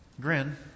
grin